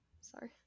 Sorry